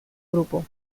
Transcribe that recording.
grupo